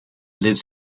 lives